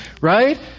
Right